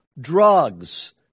drugs